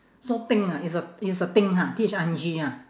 so thing ah it's a it's a thing ha T H I N G ah